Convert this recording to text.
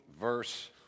verse